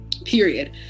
Period